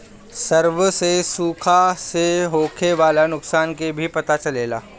survey से सुखा से होखे वाला नुकसान के भी पता चलेला